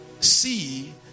see